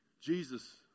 Jesus